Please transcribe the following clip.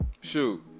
shoot